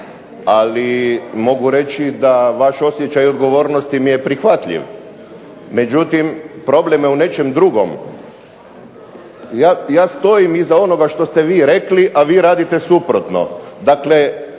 ali mogu reći da vaš osjećaj odgovornosti mi je prihvatljiv. Međutim, problem je u nečem drugom. Ja stojim iza onoga što ste vi rekli, a vi radite suprotno.